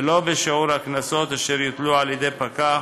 ולא שיעור הקנסות אשר יוטלו על ידי פקח,